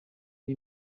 ari